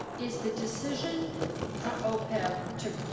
is the decision for opeb to